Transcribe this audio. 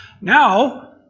Now